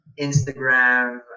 Instagram